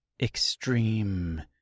extreme